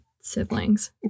siblings